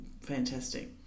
fantastic